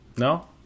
No